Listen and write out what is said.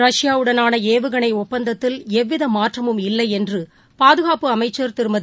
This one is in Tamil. ரஷ்யாவுடனான ஏவுகணை ஒப்பந்தத்தில் எவ்வித மாற்றமும் இல்லை என்று பாதுனப்பு அமைச்ச் திருமதி